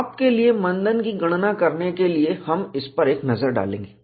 आपके लिए मंदन की गणना करने के लिए हम इस पर एक नजर डालेंगे